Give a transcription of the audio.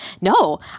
no